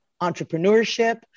entrepreneurship